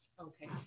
Okay